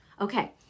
Okay